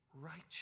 righteous